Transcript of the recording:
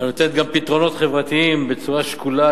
הנותנת גם פתרונות חברתיים בצורה שקולה,